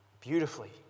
Beautifully